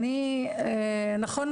נכון,